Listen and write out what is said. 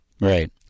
Right